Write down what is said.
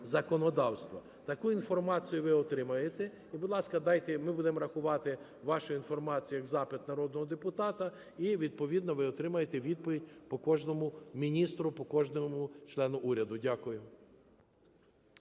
законодавства. Таку інформацію ви отримаєте, то, будь ласка, дайте і ми будемо рахувати вашу інформацію як запит народного депутата, і відповідно ви отримаєте відповідь по кожному міністру, по кожному члену уряду. Дякую.